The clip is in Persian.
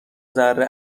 ذره